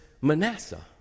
Manasseh